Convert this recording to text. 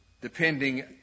depending